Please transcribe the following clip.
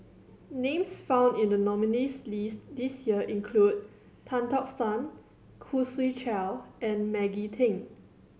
names found in the nominees' list this year include Tan Tock San Khoo Swee Chiow and Maggie Teng